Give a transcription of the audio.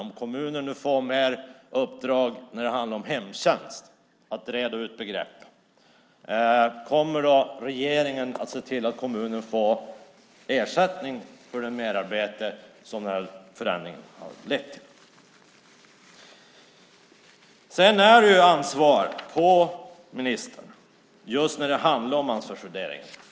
Om kommunen nu får mer uppdrag när det gäller att reda ut begreppen om hemtjänsten, kommer då regeringen att se till att kommunen får ersättning för det merarbete som förändringen har lett till? Ministern har ju ett ansvar just när det gäller ansvarsfördelning.